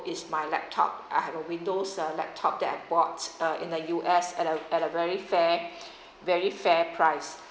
is my laptop I have a windows laptop that I bought uh in the U_S at a at a very fair very fair price